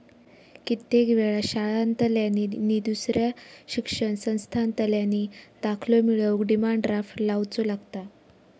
कित्येक वेळा शाळांतल्यानी नि दुसऱ्या शिक्षण संस्थांतल्यानी दाखलो मिळवूक डिमांड ड्राफ्ट लावुचो लागता